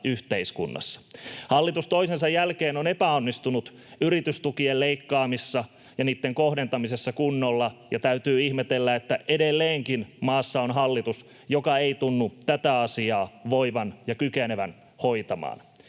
yhteiskunnassa. Hallitus toisensa jälkeen on epäonnistunut yritystukien leikkaamisessa ja niitten kohdentamisessa kunnolla, ja täytyy ihmetellä, että edelleenkin maassa on hallitus, joka ei tunnu tätä asiaa voivan ja kykenevän hoitamaan.